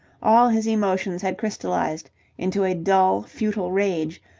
all his emotions had crystallized into a dull, futile rage,